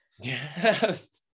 Yes